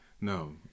No